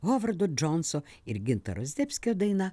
hovardo džonso ir gintaro zdebskio daina